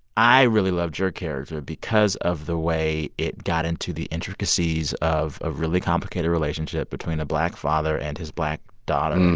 i really loved your character because of the way it got into the intricacies of a really complicated relationship between a black father and his black daughter.